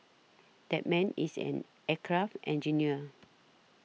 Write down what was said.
that man is an aircraft engineer